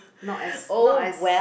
not as not as